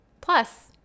Plus